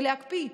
ולהקפיא,